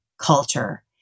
culture